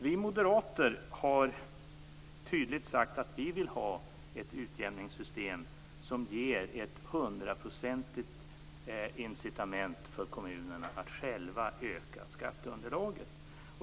Vi moderater har tydligt sagt att vi vill ha ett utjämningssystem som ger ett hundraprocentigt incitament för kommunerna att själva öka skatteunderlaget.